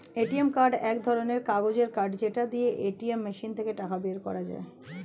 ATM card এক ধরণের কাগজের কার্ড যেটা দিয়ে এটিএম মেশিন থেকে টাকা বের করা যায়